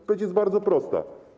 Odpowiedź jest bardzo prosta.